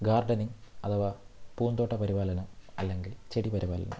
gardening അഥവാ പൂന്തോട്ട പരിപാലനം അല്ലെങ്കിൽ ചെടി പരിപാലനം